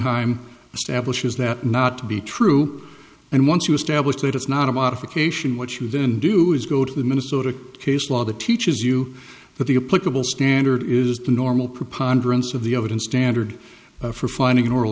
hime establishes that not to be true and once you establish that it's not a modification what you then do is go to the minnesota case law that teaches you that the a political standard is the normal preponderance of the evidence standard for finding oral